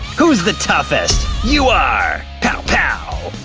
who's the toughest? you are! pow pow!